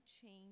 change